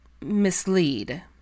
mislead